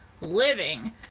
living